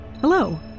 Hello